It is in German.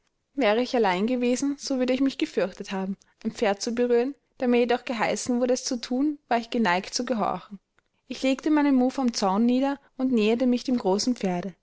wäre ich allein gewesen so würde ich mich gefürchtet haben ein pferd zu berühren da mir jedoch geheißen wurde es zu thun war ich geneigt zu gehorchen ich legte meinen muff am zaun nieder und näherte mich dem großen pferde